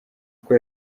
kuko